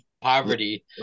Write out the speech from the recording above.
poverty